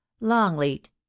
longleat